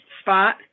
spot